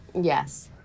Yes